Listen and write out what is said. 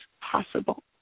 possible